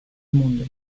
mundo